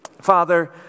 Father